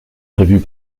prévues